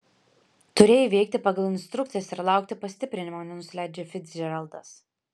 turėjai veikti pagal instrukcijas ir laukti pastiprinimo nenusileidžia ficdžeraldas